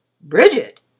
Bridget